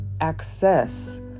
access